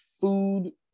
food